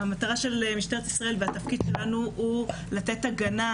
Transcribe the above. המטרה של משטרת ישראל, והתפקיד שלנו הוא לתת הגנה